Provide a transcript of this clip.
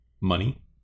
money